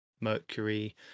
Mercury